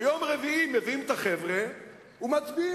ביום רביעי מביאים את החבר'ה ומצביעים.